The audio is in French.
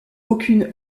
aucune